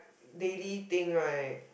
daily thing right